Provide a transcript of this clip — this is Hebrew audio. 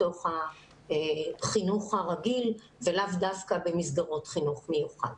בתוך החינוך הרגיל ולאו דווקא במסגרות חינוך מיוחד.